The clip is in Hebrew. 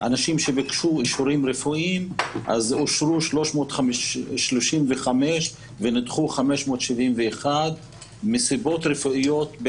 אנשים שביקשו אישורים רפואיים אז אושרו 335 ונדחו 571 מסיבות רפואיות,